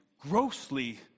grossly